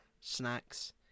snacks